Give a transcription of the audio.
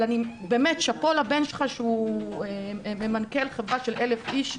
באמת שאפו לבן שלך שהוא ממנכל חברה של 1,000 עובדים.